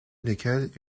lesquels